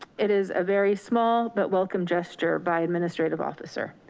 it is a very small but welcome gesture by administrative officer.